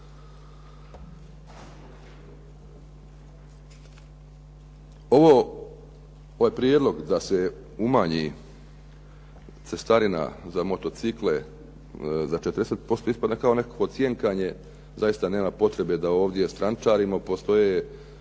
Ovaj prijedlog da se umanji cestarina za motocikle za 50%, ispada kao nekakvo cjenjkanje. Zaista nema potrebe da ovdje strančarimo. Postoje